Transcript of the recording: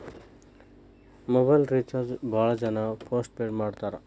mobile recharge ಭಾಳ್ ಜನ postpaid ಮಾಡಸ್ತಾರ